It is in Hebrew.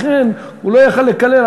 לכן הוא לא יכול היה לקלל.